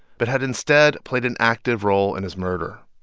but had instead played an active role in his murder.